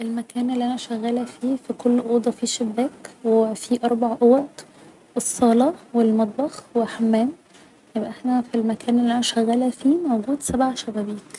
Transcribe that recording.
المكان اللي أنا شغالة فيه في كل اوضة في شباك و في اربع أوض الصالة و المطبخ و حمام يبقى احنا في المكان اللي أنا شغالة فيه موجود سبع شبابيك